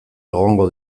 egongo